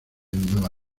nueva